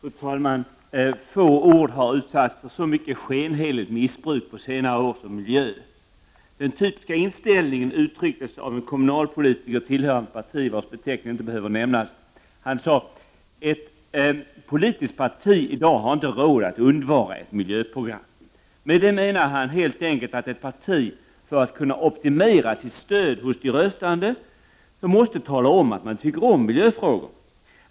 Fru talman! Få ord har utsatts för så mycket skenheligt missbruk på senare år som ordet miljö. Den typiska inställningen uttrycktes av en kommunalpolitiker tillhörande ett parti, vars beteckning inte behöver nämnas. Han sade: ”Ett politiskt parti i dag har inte råd att undvara ett miljöprogram.” Med det menade han helt enkelt att ett parti, för att kunna optimera sitt stöd av de röstande, måste tala om att man tycker om miljöfrågor.